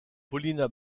paulina